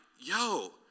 Yo